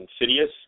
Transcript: Insidious